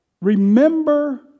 Remember